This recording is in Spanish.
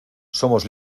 somos